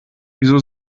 wieso